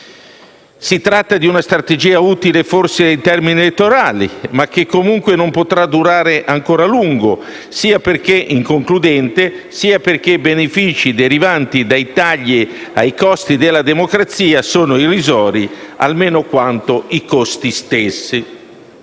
Si tratta di una strategia utile forse in termini elettorali, ma che comunque non potrà durare ancora a lungo, sia perché inconcludente, sia perché i benefici derivanti dai tagli ai costi della democrazia sono irrisori almeno quanto i costi stessi.